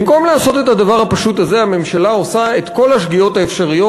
במקום לעשות את הדבר הפשוט הזה הממשלה עושה את כל השגיאות האפשריות,